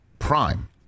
prime